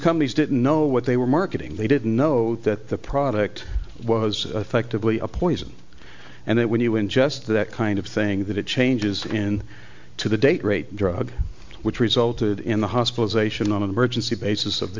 companies didn't know what they were marketing they didn't know that the product was effectively a poison and that when you ingest that kind of thing that it changes in to the date rape drug which resulted in the hospital's ation on an emergency basis of the